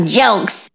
jokes